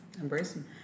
Embracing